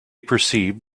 perceived